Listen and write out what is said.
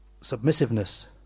submissiveness